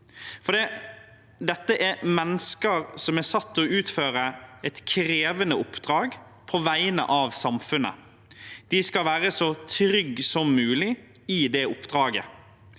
for dette er mennesker som er satt til å utføre et krevende oppdrag på vegne av samfunnet. De skal være så trygge som mulig i det oppdraget.